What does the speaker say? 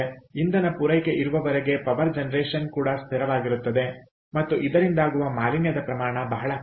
ಇಂಧನ ಪೂರೈಕೆ ಇರುವವರೆಗೆ ಪವರ್ ಜನರೇಶನ್ ಕೂಡ ಸ್ಥಿರವಾಗಿರುತ್ತದೆ ಮತ್ತು ಇದರಿಂದಾಗುವ ಮಾಲಿನ್ಯದ ಪ್ರಮಾಣ ಬಹಳ ಕಡಿಮೆ